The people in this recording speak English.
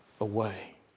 Away